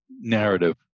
narrative